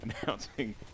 announcing